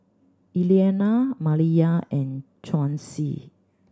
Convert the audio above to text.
Elianna Maliyah and Chauncy